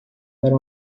para